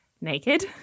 naked